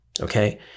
Okay